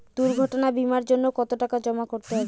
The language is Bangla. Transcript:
দুর্ঘটনা বিমার জন্য কত টাকা জমা করতে হবে?